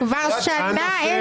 כבר שנה אין ועדה.